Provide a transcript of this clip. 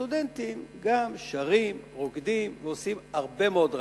הסטודנטים גם שרים, רוקדים ועושים הרבה מאוד רעש,